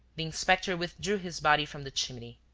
the inspector withdrew his body from the chimney.